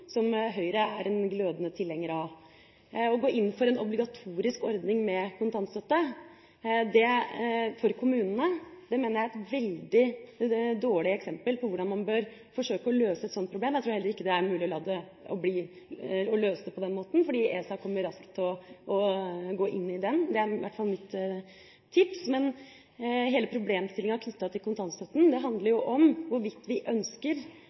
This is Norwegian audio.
gå inn for en obligatorisk ordning med kontantstøtte for kommunene mener jeg er et veldig dårlig eksempel på hvordan man bør forsøke å løse et sånt problem. Jeg tror heller ikke det er mulig å løse det på den måten, for ESA kommer raskt til å gå inn i det. Det er i hvert fall mitt tips. Men hele problemstillinga knyttet til kontantstøtten, handler jo om hvorvidt vi ønsker